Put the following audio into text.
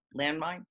landmines